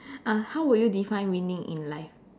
uh how would you define winning in life